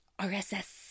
RSS